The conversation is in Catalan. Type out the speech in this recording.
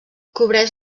cobreix